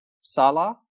Salah